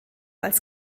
als